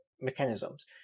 mechanisms